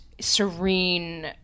serene